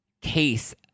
case